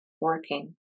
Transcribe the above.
working